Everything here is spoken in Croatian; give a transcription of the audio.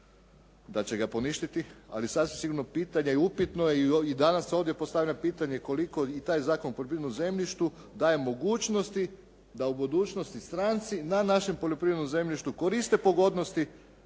da će ga poništiti ali sasvim sigurno pitanje je upitno. I danas ovdje postavljam pitanje koliko i taj Zakon o poljoprivrednom zemljištu daje mogućnosti da u budućnosti stranci na našem poljoprivrednom zemljištu koriste pogodnosti